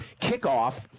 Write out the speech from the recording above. kickoff